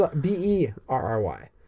B-E-R-R-Y